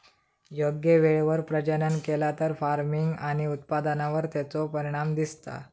योग्य वेळेवर प्रजनन केला तर फार्मिग आणि उत्पादनावर तेचो परिणाम दिसता